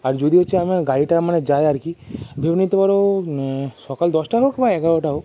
আর যদি হচ্ছে আমরা গাড়িতে মানে যাই আর কি ধরে নিতে পারো সকাল দশটা হোক বা এগারোটা হোক